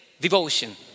devotion